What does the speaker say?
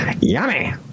Yummy